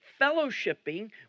fellowshipping